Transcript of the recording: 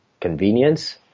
convenience